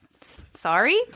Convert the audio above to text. Sorry